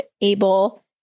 able